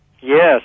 Yes